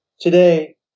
Today